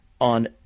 on